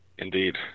indeed